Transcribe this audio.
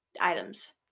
items